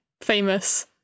famous